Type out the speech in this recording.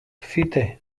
fite